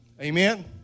Amen